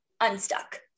unstuck